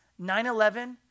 9-11